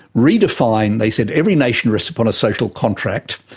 redefined, they said every nation rests upon a social contract,